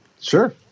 sure